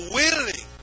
willing